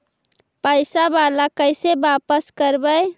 पैसा बाला कैसे बापस करबय?